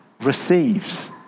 receives